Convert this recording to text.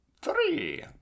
three